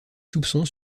soupçons